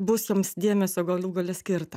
bus joms dėmesio galų gale skirta